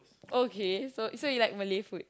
okay so so you like Malay food